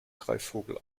greifvogel